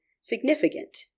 significant